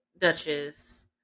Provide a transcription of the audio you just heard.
duchess